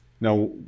Now